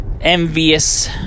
envious